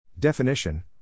Definition